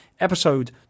episode